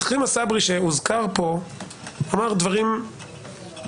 עכרמה סברי שהוזכר פה אמר דברים שלדעתי